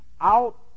out